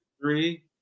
three